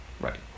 Right